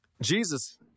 Jesus